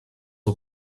aux